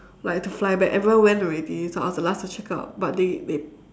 like I have to fly back everyone went already so I was the last to check out but they they